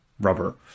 rubber